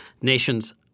nation's